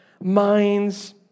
minds